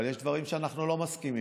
אבל יש דברים שאנחנו לא מסכימים